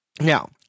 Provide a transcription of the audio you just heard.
now